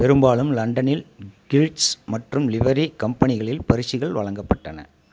பெரும்பாலும் லண்டனில் கில்ட்ஸ் மற்றும் லிவரி கம்பெனிகளில் பரிசுகள் வழங்கப்பட்டன